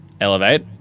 Elevate